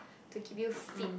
to keep you fit